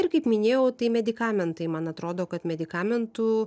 ir kaip minėjau tai medikamentai man atrodo kad medikamentų